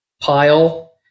pile